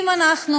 אם אנחנו